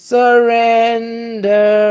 surrender